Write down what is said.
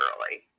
early